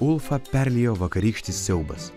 ulfą perliejo vakarykštis siaubas